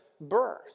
birth